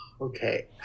okay